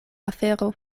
afero